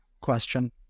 question